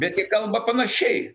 bet jie kalba panašiai